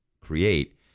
create